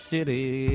City